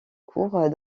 cours